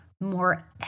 more